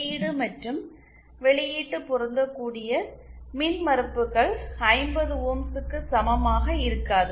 உள்ளீடு மற்றும் வெளியீட்டு பொருந்தக்கூடிய மின்மறுப்புகள் 50 ஓம்ஸ் க்கு சமமாக இருக்காது